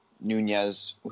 Nunez